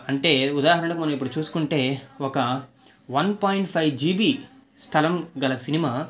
అంటే ఉదాహరణకు మనం ఇప్పుడు చూసుకుంటే ఒక వన్ పాయింట్ ఫైవ్ జీబి స్థలం గల సినిమా